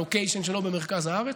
הלוקיישן שלו במרכז הארץ,